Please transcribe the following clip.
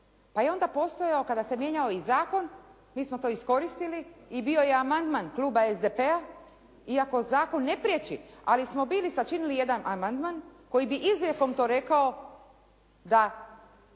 Pa je onda postojao kada se mijenjao i zakon, mi smo to iskoristili i bio je amandman kluba SDP-a iako zakon ne priječi ali smo bili sačinili jedan amandman koji bi izrijekom to rekao da